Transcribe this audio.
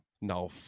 No